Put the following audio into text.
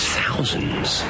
thousands